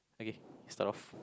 okay start off